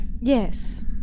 Yes